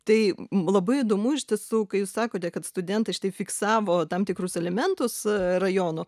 tai labai įdomu iš tiesų kai jūs sakote kad studentai šitaip fiksavo tam tikrus elementus rajono